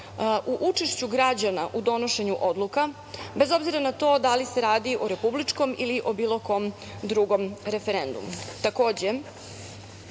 u učešću građana u donošenju odluka, bez obzira na to da li se radi o republičkom ili o bilo kom drugom referendumu. Takođe,